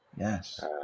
Yes